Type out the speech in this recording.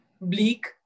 Bleak